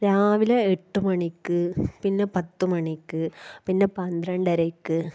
രാവിലെ എട്ട് മണിക്ക് പിന്നെ പത്ത് മണിക്ക് പിന്നെ പന്ത്രണ്ടരയ്ക്ക്